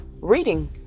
reading